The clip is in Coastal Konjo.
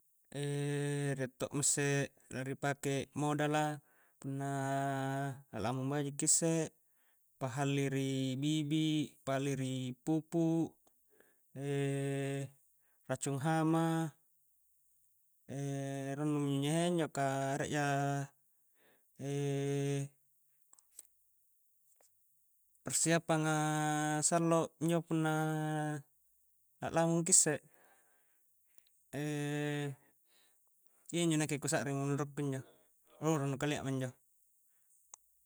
rie to misse la dipake a'modala punna la'lamung baji'ki isse pahalli ri bibi', pahalli ri pupuk, racung hama rannu minjo nyaha iya injo ka rieja persiapanga sallo injo punna la'lamung ki isse iyanjo kusa'ring menuru'ku injo rannu kalia ma injo.